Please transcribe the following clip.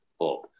up